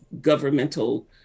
governmental